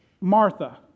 Martha